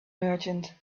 merchant